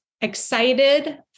excited